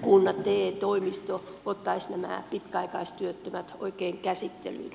kunnat te toimistot ottaisivat nämä pitkäaikaistyöttömät oikein käsittelyyn